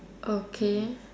okay